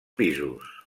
pisos